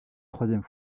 troisième